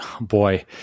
boy